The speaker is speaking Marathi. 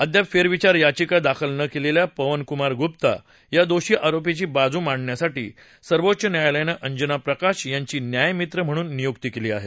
अद्याप फेरविचार याचिका दाखल न केलेल्या पवनकुमार गुप्ता या दोषी आरोपीची बाजू मांडण्यासाठी सर्वोच्च न्यायालयानं अंजना प्रकाश यांची न्यायमित्र म्हणून नियुक्ती केली आहे